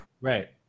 Right